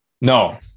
no